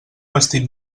vestit